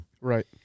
right